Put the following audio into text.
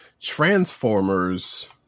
Transformers